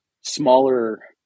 smaller